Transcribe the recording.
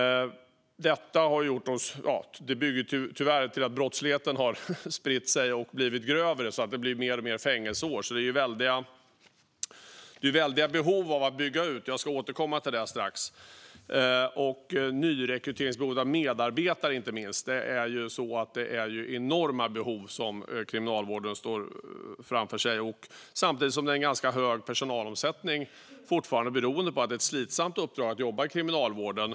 Brottsligheten har tyvärr spritt sig och blivit grövre så att det blir fler och fler fängelseår. Det finns alltså stora behov av att bygga ut. Jag ska strax återkomma till det. Nyrekryteringsbehovet av inte minst medarbetare är stort. Det finns enorma behov som kriminalvården står inför, samtidigt som det fortfarande är ganska stor personalomsättning beroende på att det är ett slitsamt uppdrag att jobba i kriminalvården.